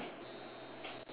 ya